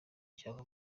cyangwa